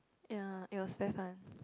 ya it was very fun